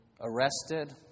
arrested